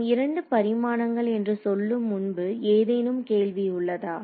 நாம் இரண்டு பரிமாணங்கள் என்று சொல்லும் முன்பு ஏதேனும் கேள்வி உள்ளதா